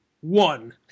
one